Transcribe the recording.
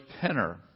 Penner